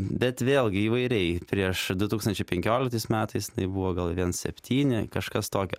bet vėlgi įvairiai prieš du tūkstančiai penkioliktais metais tai buvo gal vien septyni kažkas tokio